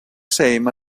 same